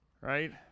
right